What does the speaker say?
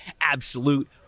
absolute